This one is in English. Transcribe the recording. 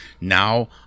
now